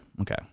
Okay